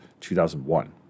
2001